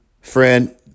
friend